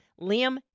Liam